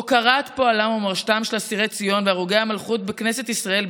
הוקרת פועלם ומורשתם של אסירי ציון והרוגי המלכות בכנסת ישראל,